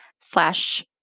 slash